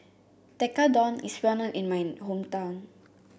Tekkadon is well known in my hometown